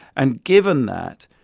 and given that,